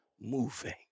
moving